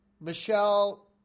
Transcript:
Michelle